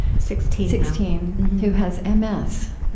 sixteen sixteen who has m s.